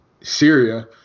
Syria